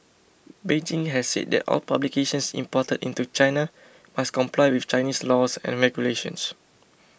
Beijing has said that all publications imported into China must comply with Chinese laws and regulations